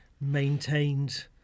maintained